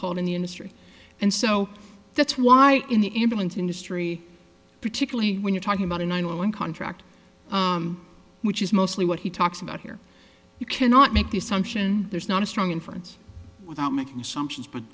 called in the industry and so that's why in the employment industry particularly when you're talking about and i know in contract which is mostly what he talks about here you cannot make the assumption there's not a strong inference without making assumptions but